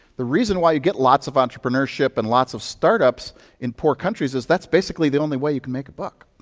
the reason why you get lots of entrepreneurship and lots of startups in poor countries is, that's basically the only way you can make a buck.